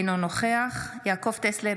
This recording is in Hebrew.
אינו נוכח יעקב טסלר,